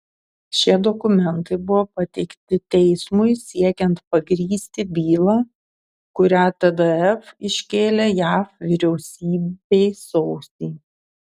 šie dokumentai buvo pateikti teismui siekiant pagrįsti bylą kurią tdf iškėlė jav vyriausybei sausį